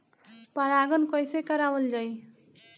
परागण कइसे करावल जाई?